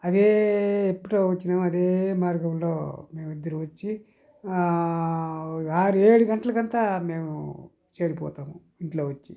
అదే ఎప్పుడు వచ్చినాము అదే మార్గంలో మేము ఇద్దరము వచ్చి ఆరు ఏడు గంటలకి అంతా మేము చెరిపోతాము ఇంట్లో వచ్చి